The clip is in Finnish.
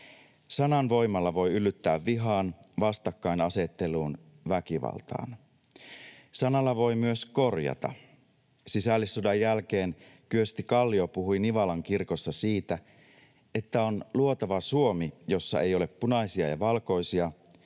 Sanan voimalla voi yllyttää vihaan, vastakkainasetteluun, väkivaltaan. Sanalla voi myös korjata. Sisällissodan jälkeen Kyösti Kallio puhui Nivalan kirkossa siitä, että on luotava Suomi, jossa ei ole punaisia ja valkoisia